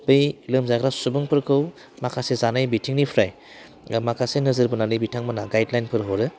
बै लोमजाग्रा सुबुंफोरखौ माखासे जानाय बिथिंनिफ्राय माखासे नोजोरबोनानै बिथांमोना गाइडलाइनफोर हरो